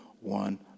one